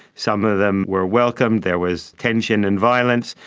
some of them were welcomed. there was tension and violence.